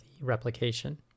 replication